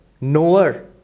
knower